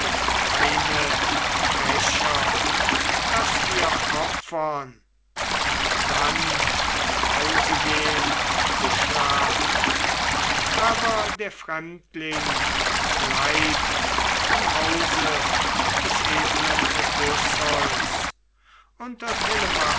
weine die becher daß wir opfern und dann nach hause gehen zu schlafen aber der fremdling bleib im hause des edlen odysseus unter